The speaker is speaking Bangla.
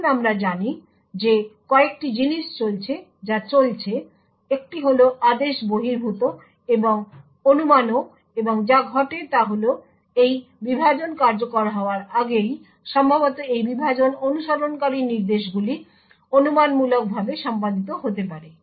এখন আমরা জানি যে কয়েকটি জিনিস চলছে যা চলছে একটি হল আদেশ বহির্ভূত এবং অনুমানও এবং যা ঘটে তা হল এই বিভাজন কার্যকর হওয়ার আগেই সম্ভবত এই বিভাজন অনুসরণকারী নির্দেশগুলি অনুমানমূলকভাবে সম্পাদিত হতে পারে